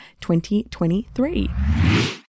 2023